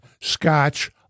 scotch